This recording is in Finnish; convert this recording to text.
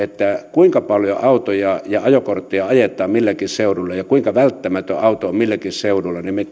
kuinka paljon autoja ja ajokortteja ajetaan milläkin seudulla ja kuinka välttämätön auto on milläkin seudulla jotta me